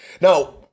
Now